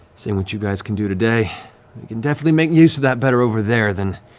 seeing what you guys can do today, we can definitely make use of that better over there than